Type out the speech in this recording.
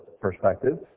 perspective